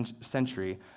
century